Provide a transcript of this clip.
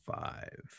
five